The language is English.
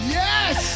yes